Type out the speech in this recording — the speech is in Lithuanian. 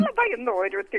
labai noriu